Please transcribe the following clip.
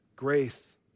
Grace